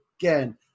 again